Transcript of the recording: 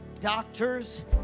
doctors